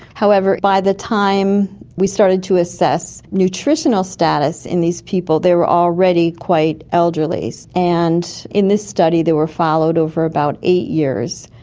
however, by the time we started to assess nutritional status in these people, they were already quite elderly. and in this study they were followed over about eight years.